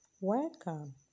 welcome